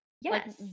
Yes